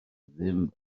ddim